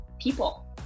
people